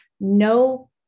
no